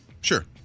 Sure